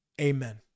amen